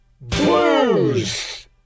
BLUES